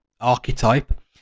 archetype